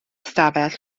stafell